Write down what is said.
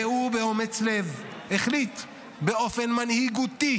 והוא באומץ לב החליט באופן מנהיגותי